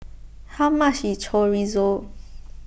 how much is Chorizo